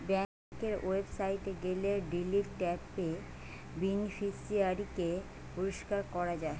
বেংকের ওয়েবসাইটে গেলে ডিলিট ট্যাবে বেনিফিশিয়ারি কে পরিষ্কার করা যায়